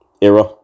era